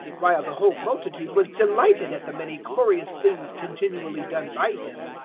while the whole multitude was delighted at the many glorious things continually done by him.